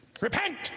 Repent